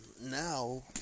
now